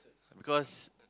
because